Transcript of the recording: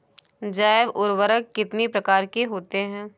जैव उर्वरक कितनी प्रकार के होते हैं?